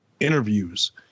interviews